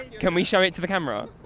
can we show it to the camera?